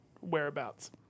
whereabouts